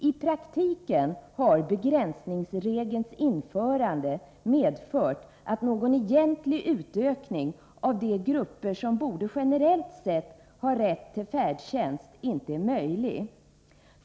I praktiken har begränsningsregelns införande medfört att någon egentlig utökning av de grupper som generellt sett borde har rätt till färdtjänst inte är möjlig.